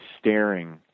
staring